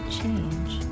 change